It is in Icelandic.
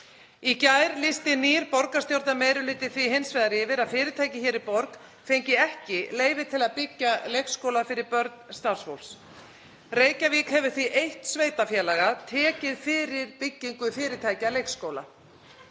Í gær lýsti nýr borgarstjórnarmeirihluti því hins vegar yfir að fyrirtæki hér í borg fengi ekki leyfi til að byggja leikskóla fyrir börn starfsfólks. Reykjavík hefur því eitt sveitarfélaga tekið fyrir byggingu fyrirtækjaleikskóla.